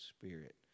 spirit